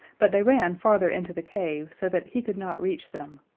but they ran farther into the cave so that he could not reach them,